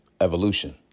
evolution